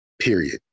period